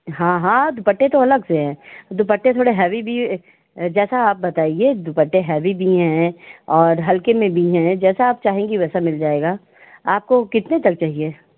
हाँ हाँ दुपट्टे तो अलग से हैं दुपट्टे थोड़े हैवी भी जैसा आप बताइए दुपट्टे हैवी भी हैं और हल्के में भी हैं जैसा आप चाहेंगी वैसा मिल जाएगा आपको कितने तक चाहिए